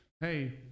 Hey